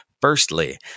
Firstly